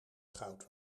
goud